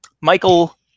Michael